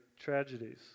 tragedies